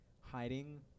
hiding